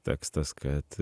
tekstas kad